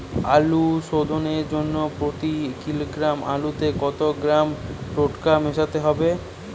আলু শোধনের জন্য প্রতি কিলোগ্রাম আলুতে কত গ্রাম টেকটো মেশাতে হবে?